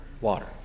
water